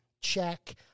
check